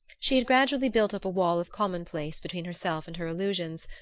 she had gradually built up a wall of commonplace between herself and her illusions,